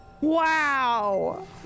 Wow